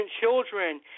children